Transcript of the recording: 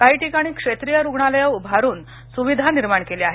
काही ठिकाणी क्षेत्रीय रुग्णालयं उभारून सुविधा निर्माण केल्या आहेत